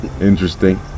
interesting